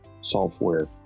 Software